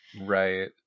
Right